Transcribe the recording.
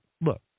look